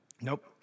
Nope